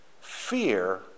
fear